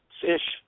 Fish